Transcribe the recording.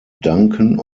danken